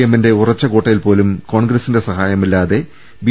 എമ്മിന്റെ ഉറച്ച കോട്ടയിൽ പോലും കോൺഗ്രസ്സിന്റെ സഹായമില്ലാതെ ബി